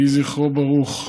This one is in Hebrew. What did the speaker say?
יהי זכרו ברוך.